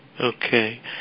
Okay